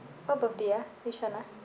what birthday ah which one ah